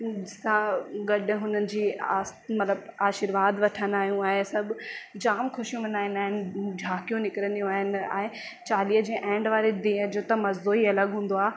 सां गॾ हुननि जी आस मतिलब आशीर्वाद वठंदा आहियूं ऐं सभु जाम खुशियूं मल्हाईंदा आहिनि झांकियूं निकिरींदियूं आहिनि ऐं चालीह जे एंड वारे ॾींहं जो त मज़ो ई अलगि हूंदो आहे